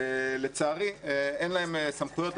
לצערי אין להם סמכויות.